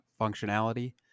functionality